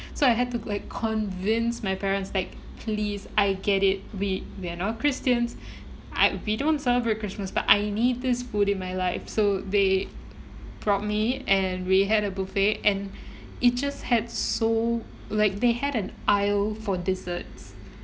so I had to like convince my parents like please I get it we we're not christians I we don't celebrate christmas but I need this food in my life so they brought me and we had a buffet and it just had so like they had an aisle for desserts